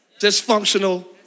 dysfunctional